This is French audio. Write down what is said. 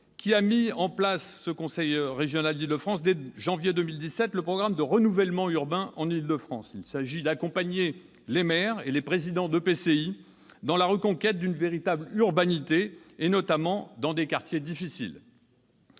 qui a mis en place, dès janvier 2017, un programme de renouvellement urbain en Île-de-France. Il s'agit d'accompagner les maires et les présidents d'EPCI dans la reconquête d'une véritable urbanité, notamment dans des quartiers difficiles.